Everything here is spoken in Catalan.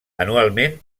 anualment